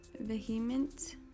vehement